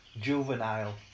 juvenile